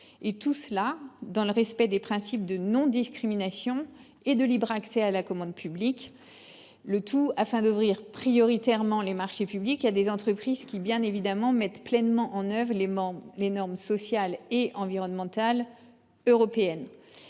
le tout dans le respect des principes de non-discrimination et de libre accès à la commande publique. L'objectif est d'ouvrir prioritairement les marchés publics à des entreprises qui respectent pleinement les normes sociales et environnementales européennes.